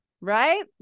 right